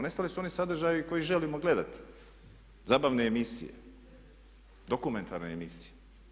Nestali su oni sadržaji koje želimo gledati, zabavne emisije, dokumentarne emisije.